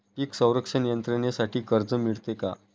पीक संरक्षण यंत्रणेसाठी कर्ज मिळते का?